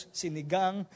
sinigang